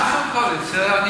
תיכנסו לקואליציה,